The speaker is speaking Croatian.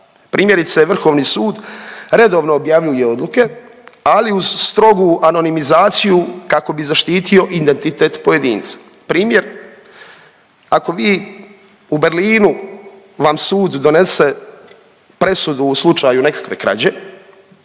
Primjerice Vrhovni sud redovno objavljuje odluke ali uz strogu anonimizaciju kako bi zaštitio identitet pojedinca. Primjer, ako vi u Berlinu vam sud donese presudu u slučaju nekakve krađe